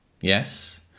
Yes